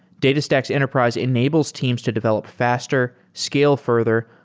datastax enterprise enables teams to develop faster, scale further,